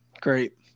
Great